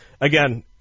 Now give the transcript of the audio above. again